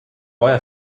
vaja